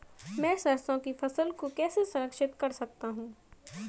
मैं सरसों की फसल को कैसे संरक्षित कर सकता हूँ?